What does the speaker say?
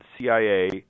CIA